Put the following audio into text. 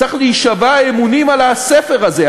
צריך להישבע אמונים על הספר הזה,